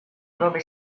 dove